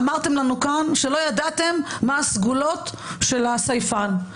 אמרתם לנו כאן שלא ידעתם מה הסגולות של הסייפן.